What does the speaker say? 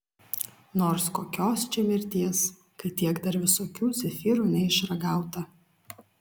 nors kokios čia mirties kai tiek dar visokių zefyrų neišragauta